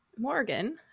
Morgan